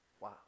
Wow